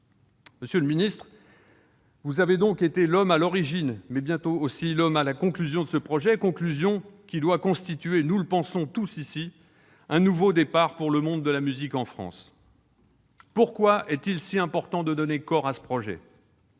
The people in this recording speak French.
Monsieur le ministre, vous avez donc été l'homme à l'origine de ce projet, mais vous serez bientôt aussi l'homme à sa conclusion, qui doit constituer, nous le pensons tous ici, un nouveau départ pour le monde de la musique en France. Pourquoi est-il si important de donner corps à ce projet ?